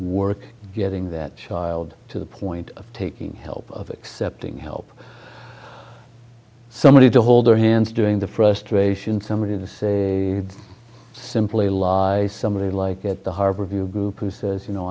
work getting that child to the point of taking help of accepting help somebody to hold their hands doing the frustration somebody to say simply lies somebody like at the harbor of your group who says you know